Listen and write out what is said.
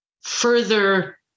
further